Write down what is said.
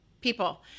people